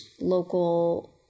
local